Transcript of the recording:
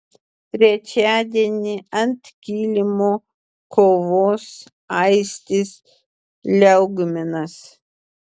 trečiadienį ant kilimo kovos aistis liaugminas